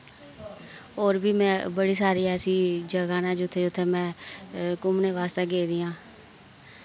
और बी मैं बड़ी सारी ऐसी जगह नै जुत्थै जुत्थै मैं घुम्मने वास्तै गेदी आं